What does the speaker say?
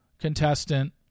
contestant